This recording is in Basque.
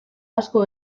asko